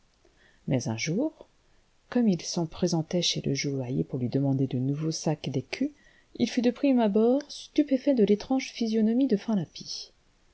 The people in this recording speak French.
mais un jour comme il se présentait chez le joaillier pour lui demander de nouveaux sacs d'écus il fut de prime abord stupéfait de l'étrange physionomie de